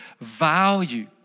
value